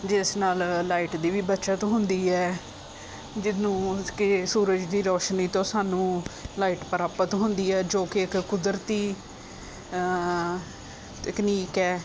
ਜਿਸ ਨਾਲ ਲਾਈਟ ਦੀ ਵੀ ਬੱਚਤ ਹੁੰਦੀ ਹੈ ਜਿਹਨੂੰ ਕਿ ਸੂਰਜ ਦੀ ਰੌਸ਼ਨੀ ਤੋਂ ਸਾਨੂੰ ਲਾਈਟ ਪ੍ਰਾਪਤ ਹੁੰਦੀ ਹੈ ਜੋ ਕਿ ਇੱਕ ਕੁਦਰਤੀ ਤਕਨੀਕ ਹੈ